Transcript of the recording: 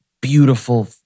beautiful